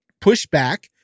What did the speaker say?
pushback